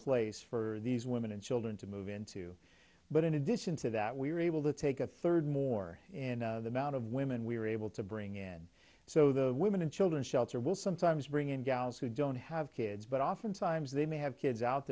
place for these women and children to move into but in addition to that we were able to take a third more in the mount of women we were able to bring in so the women and children shelter will sometimes bring in gals who don't have kids but oftentimes they may have kids out